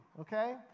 okay